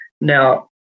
now